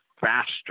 faster